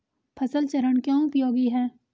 फसल चरण क्यों उपयोगी है?